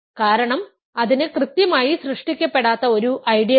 കാരണം അതിന് കൃത്യമായി സൃഷ്ടിക്കപ്പെടാത്ത ഒരു ഐഡിയലുണ്ട്